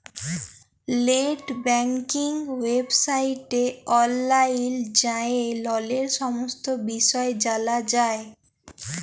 late banking ওয়েবসাইটে অললাইল যাঁয়ে ললের সমস্ত বিষয় জালা যায়